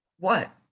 what,